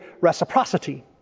reciprocity